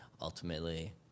ultimately